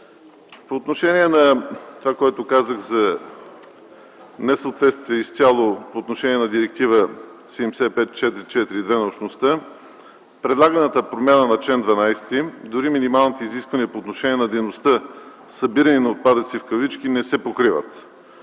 По отношение на това, което казах за несъответствие изцяло по отношение на Директива 75/442 на Общността, предлаганата промяна на чл. 12, дори минималните изисквания по отношение на дейността „Събиране на отпадъци” не се покриват.